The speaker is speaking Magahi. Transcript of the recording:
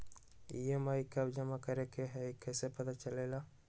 ई.एम.आई कव जमा करेके हई कैसे पता चलेला?